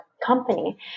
Company